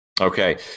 Okay